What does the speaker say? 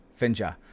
finja